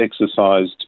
exercised